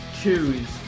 choose